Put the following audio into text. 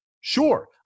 Sure